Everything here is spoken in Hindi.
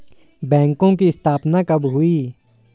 बैंकों की स्थापना कब हुई?